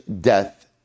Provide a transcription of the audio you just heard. death